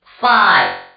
five